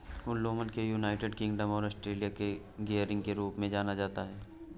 उत्तोलन को United Kingdom और ऑस्ट्रेलिया में गियरिंग के रूप में जाना जाता है